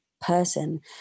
person